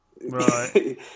Right